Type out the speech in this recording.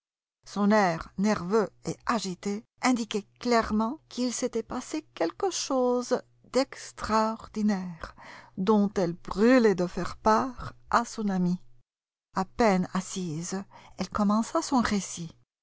son air nerveux et agité indiquait clairement qu'il s'était passé quelque chose d'extraordinaire dont elle brûlait de faire part à son amie à peine assise elle commença son récit